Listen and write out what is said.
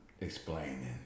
explaining